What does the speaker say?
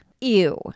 Ew